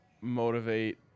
motivate